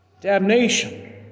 Damnation